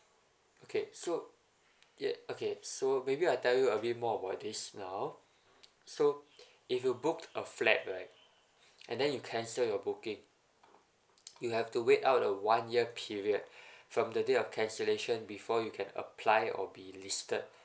okay so y~ okay so maybe I tell you a bit more about this now so if you booked a flat right and then you cancel your booking you have to wait out a one year period from the day your cancellation before you can apply or be listed